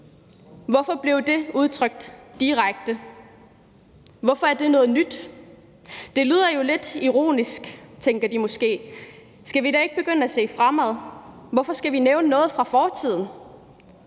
Hvorfor blev det udtrykt direkte? Hvorfor er det noget nyt? Det lyder jo lidt ironisk, tænker man måske. Skal vi da ikke begynde at se fremad? Hvorfor skal vi nævne noget fra fortiden?